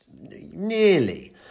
nearly